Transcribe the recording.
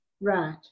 Right